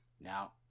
now